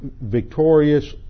victorious